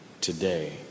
today